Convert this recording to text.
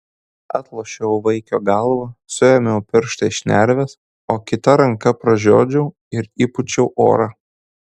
atlošiau vaikio galvą suėmiau pirštais šnerves o kita ranka pražiodžiau ir įpūčiau orą